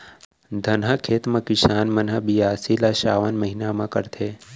धनहा खेत म किसान मन ह बियासी ल सावन महिना म करथे